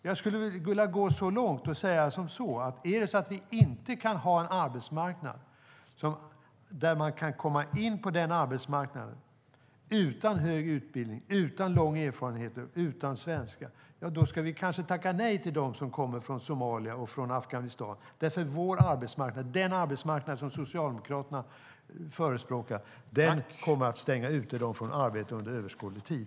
Jag kan gå så långt som att säga att om det inte går att komma in på arbetsmarknaden utan hög utbildning, utan lång erfarenhet och utan svenska ska vi kanske tacka nej till dem som kommer från Somalia och Afghanistan. Den arbetsmarknad som Socialdemokraterna förespråkar kommer att stänga dem ute från arbete under överskådlig tid.